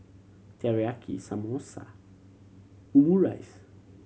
Teriyaki Samosa Omurice